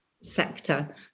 sector